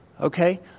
Okay